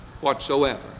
whatsoever